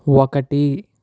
ఒకటి